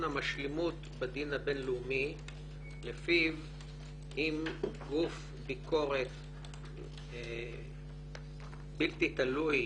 המשלימות בדין הבינלאומי לפיו אם גוף ביקורת בלתי תלוי